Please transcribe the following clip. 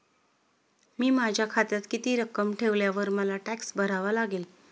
मी माझ्या खात्यात किती रक्कम ठेवल्यावर मला टॅक्स भरावा लागेल?